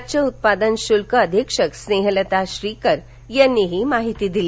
राज्य उत्पादन शुल्क अधिक्षक स्नेहलता श्रीकर यांनी ही माहिती दिली